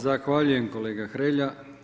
Zahvaljujem kolega Hrelja.